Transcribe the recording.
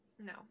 No